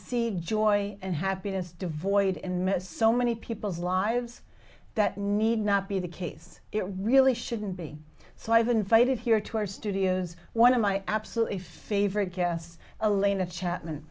the joy and happiness devoid in miss so many people's lives that need not be the case it really shouldn't be so i've been invited here to our studios one of my absolutely favorite guests alina chapman